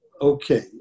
Okay